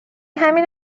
همین